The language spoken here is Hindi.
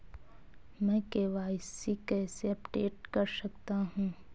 मैं के.वाई.सी कैसे अपडेट कर सकता हूं?